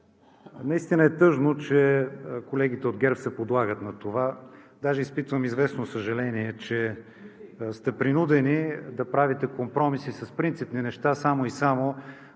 Наистина е тъжно, че колегите от ГЕРБ се подлагат на това. Даже изпитвам известно съжаление, че сте принудени да правите компромиси с принципни неща само и само